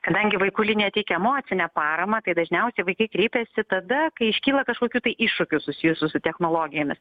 kadangi vaikų linija teikia emocinę paramą tai dažniausiai vaikai kreipiasi tada kai iškyla kažkokių tai iššūkių susijusių su technologijomis